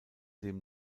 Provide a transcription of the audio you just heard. dem